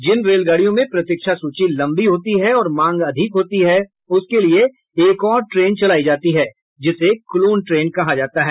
जिन रेलगाडियों में प्रतीक्षा सूची लंबी होती है और मांग अधिक होती है उसके लिये एक और ट्रेन चलायी जाती है जिसे क्लोन ट्रेन कहा जाता है